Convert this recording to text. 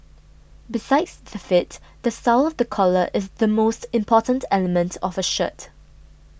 besides the fit the style of the collar is the most important element of a shirt